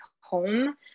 home